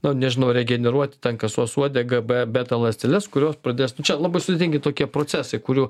nu nežinau regeneruoti ten kasos uodegą be beta ląsteles kurios pradės nu čia labai sultingi tokie procesai kurių